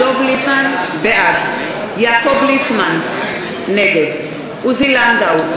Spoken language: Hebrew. בעד יעקב ליצמן, נגד עוזי לנדאו,